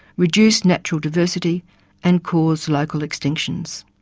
reduce natural diversity and cause local extinctions.